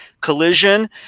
collision